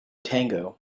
tango